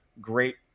great